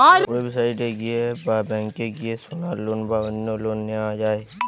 website এ গিয়ে বা ব্যাংকে গিয়ে সোনার লোন বা অন্য লোন নেওয়া যায়